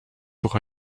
pour